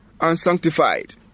unsanctified